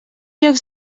llocs